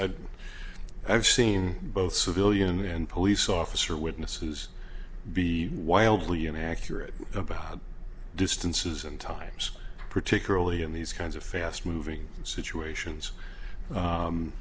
have seen both civilian and police officer witness who's be wildly inaccurate about distances and times particularly in these kinds of fast moving situations